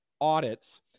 audits